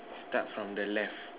start from the left